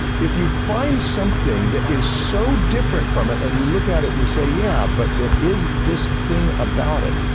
if you find something that is so different from it and you look at it and you say, yeah, but there is this thing about it.